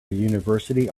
university